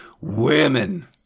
women